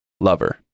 lover